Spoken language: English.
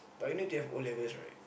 but you need to have O-levels right